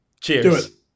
Cheers